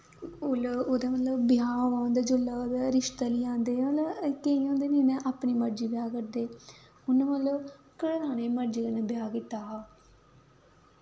ओह्दा मतलब ब्याह् होआ दा होंदा जिसलै ओह्दा रिश्ता लेइयै आंदे मतलब केईं होंदे ना मतलब अपनी मर्जी ब्याह् करदे उ'नें मतलब घरे आह्लें दी मर्जी कन्नै ब्याह् कीता हा